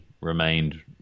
remained